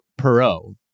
Perot